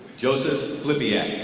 joseph flippiant.